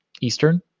Eastern